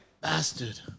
Bastard